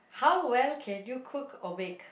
how well can you cook or bake